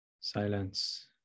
silence